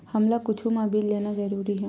हमला कुछु मा बिल लेना जरूरी हे?